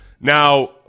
Now